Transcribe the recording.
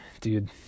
Dude